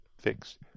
fixed